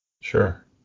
Sure